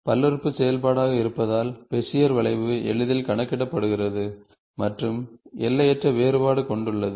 பல்லுறுப்புறுப்பு செயல்பாடாக இருப்பதால் பெசியர் வளைவு எளிதில் கணக்கிடப்படுகிறது மற்றும் எல்லையற்ற வேறுபாடு கொண்டுள்ளது